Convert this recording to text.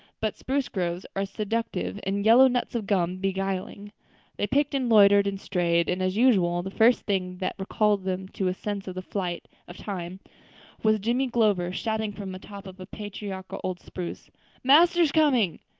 but spruce groves are seductive and yellow nuts of gum beguiling they picked and loitered and strayed and as usual the first thing that recalled them to a sense of the flight of time was jimmy glover shouting from the top of a patriarchal old spruce master's coming.